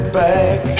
back